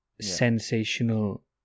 sensational